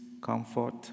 comfort